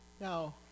Now